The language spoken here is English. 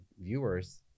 viewers